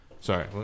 Sorry